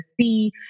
see